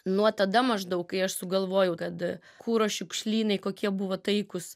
nuo tada maždaug kai aš sugalvojau kad kuro šiukšlynai kokie buvo taikūs